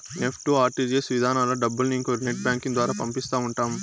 NEFT, RTGS ఇధానాల్లో డబ్బుల్ని ఇంకొకరి నెట్ బ్యాంకింగ్ ద్వారా పంపిస్తా ఉంటాం